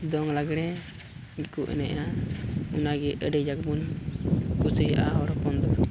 ᱫᱚᱝ ᱞᱟᱜᱽᱬᱮ ᱜᱮᱠᱚ ᱮᱱᱮᱡᱼᱟ ᱚᱱᱟᱜᱮ ᱟᱹᱰᱤ ᱠᱟᱡᱟᱠ ᱵᱚᱱ ᱠᱩᱥᱤᱭᱟᱜᱼᱟ ᱦᱚᱲ ᱦᱚᱯᱚᱱ